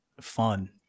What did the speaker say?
fun